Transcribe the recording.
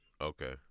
Okay